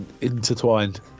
intertwined